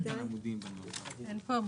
אין כאן עמודים בנוסח.